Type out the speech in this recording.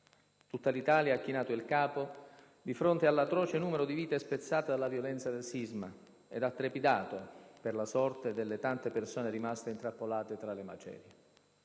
Tutta l'Italia ha chinato il capo di fronte all'atroce numero di vite spezzate dalla violenza del sisma, ed ha trepidato per la sorte delle tante persone rimaste intrappolate tra le macerie.